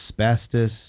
asbestos